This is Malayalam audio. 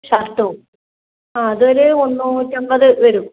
ഷർട്ടും അഹ് അതൊരു മുന്നൂറ്റി അൻപത് വരും